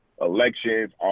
elections